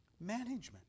Management